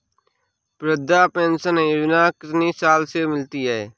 वृद्धा पेंशन योजना कितनी साल से मिलती है?